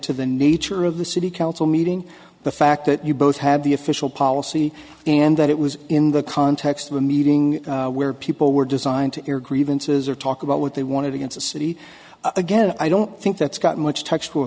to the nature of the city council meeting the fact that you both have the official policy and that it was in the context of a meeting where people were designed to air grievances or talk about what they wanted against a city again i don't think that's got much text